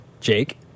Jake